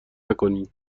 نکنین